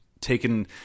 taken